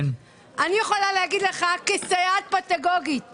אני יכולה להגיד לך כסייעת פדגוגית